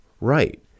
Right